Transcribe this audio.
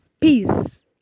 peace